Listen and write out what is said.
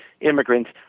immigrants